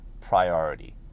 priority